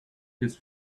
his